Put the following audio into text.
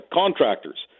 contractors